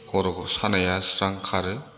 खर' सानाया स्रां खारो